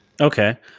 Okay